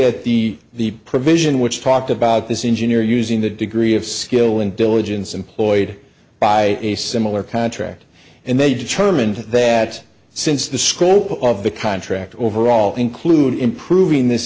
at the the provision which talked about this engineer using the degree of skill and diligence employed by a similar contract and they determined that since the scroll of the contract overall include improving this